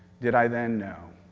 did i then? no.